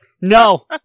No